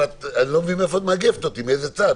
ואני לא מבין מאיפה את מאגפת אותי, מאיזה צד.